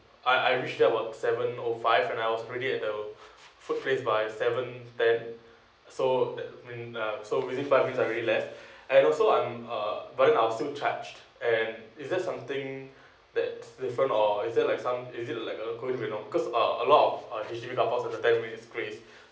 I I reached there about seven O five and I was pretty at those food place by seven ten so that mean uh so within five minutes I already left and also I'm uh but then I'll still charge and is there something that's different or is there like some is it like a you know cause uh a lot of uh H_D_B carpark has the ten minutes grace